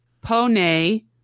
Pone